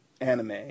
anime